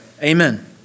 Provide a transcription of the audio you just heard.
amen